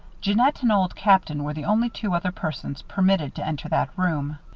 jeannette and old captain were the only two other persons permitted to enter that room.